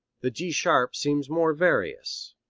the g sharp seems more various.